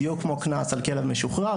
בדיוק כמו קנס על כלב משוחרר.